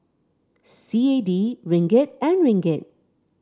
C A D Ringgit and Ringgit